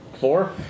four